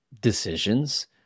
decisions